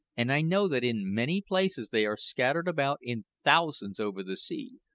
and i know that in many places they are scattered about in thousands over the sea,